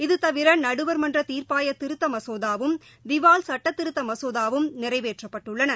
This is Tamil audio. இது தவிர நடுவாமன்ற தீர்ப்பாய திருத்த மசோதாவும் திவால் சுட்ட திருத்த மசோதாவும் நிறைவேற்றப்பட்டுள்ளன